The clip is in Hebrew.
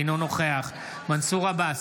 אינו נוכח מנסור עבאס,